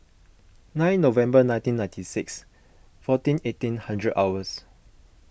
nine November nineteen nineteen six fourteen eighteen hundred hours